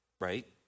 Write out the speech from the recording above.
right